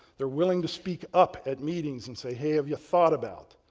they're willing to speak up at meetings and say, hey, have you thought about?